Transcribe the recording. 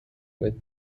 with